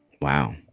Wow